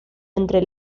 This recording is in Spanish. entre